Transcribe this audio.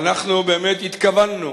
ואנחנו באמת התכוונו